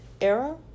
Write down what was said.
era